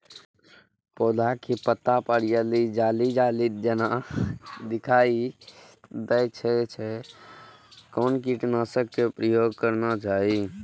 पोधा के पत्ता पर यदि जाली जाली जेना दिखाई दै छै छै कोन कीटनाशक के प्रयोग करना चाही?